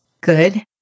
Good